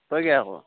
তাকে আকৌ